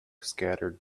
scattered